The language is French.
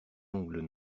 ongles